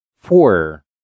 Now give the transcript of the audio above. Four